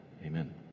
Amen